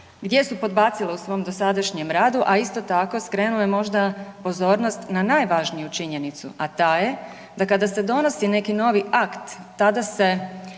gdje su podbacile u svom dosadašnjem radu, a isto tako skrenuo je možda pozornost na najvažniju činjenicu, a ta je da kada se donosi neki novi akt tada se